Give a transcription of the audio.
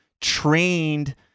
trained